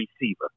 receiver